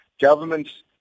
governments